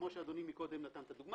כמו שאדוני נתן את הדוגמה,